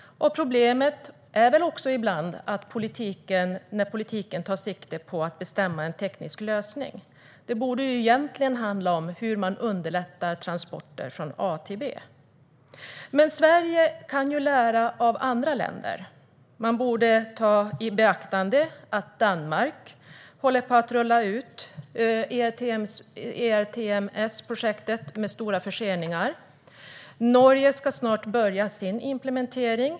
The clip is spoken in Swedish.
Problemen beror ibland på att politiken tar sikte på att bestämma teknisk lösning. Det borde egentligen handla om hur man underlättar transporter från A till B. Sverige kan lära av andra länder. Man borde ta i beaktande att Danmark håller på att rulla ut ERTMS-projektet med stora förseningar. Norge ska snart börja sin implementering.